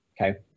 okay